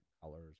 colors